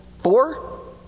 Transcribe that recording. Four